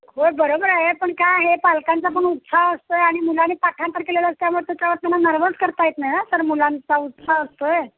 होय बरोबर आहे पण काय आहे पालकांचा पण उत्साह असतो आहे आणि मुलांनी पाठांतर केलेलं असल्यामुळे त्याच्यावर त्यांना नर्वस करता येत नाही ना सर मुलांचा उत्साह असतो आहे